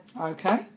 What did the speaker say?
Okay